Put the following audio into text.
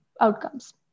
outcomes